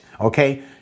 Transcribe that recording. Okay